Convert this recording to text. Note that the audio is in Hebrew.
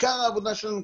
עיקר העבודה שלנו,